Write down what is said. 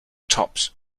tops